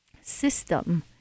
system